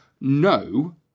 no